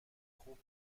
خوب